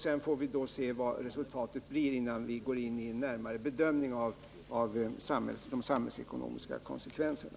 Vi får se vad resultatet av dessa blir, innan vi går in i närmare bedömningar av de samhällsekonomiska konsekvenserna.